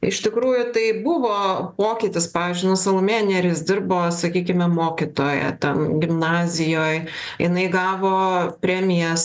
iš tikrųjų tai buvo pokytis pavyzdžiui na salomėja nėris dirbo sakykime mokytoja ten gimnazijoj jinai gavo premijas